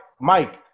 Mike